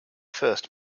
first